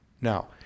Now